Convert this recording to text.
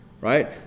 Right